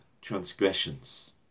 transgressions